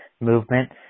Movement